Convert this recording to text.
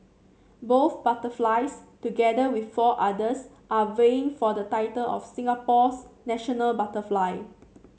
both butterflies together with four others are vying for the title of Singapore's national butterfly